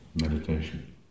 meditation